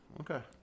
Okay